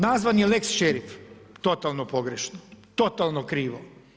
Nazvan je lex šerif totalno pogrešno, totalno krivo.